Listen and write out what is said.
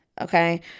Okay